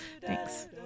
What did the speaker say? Thanks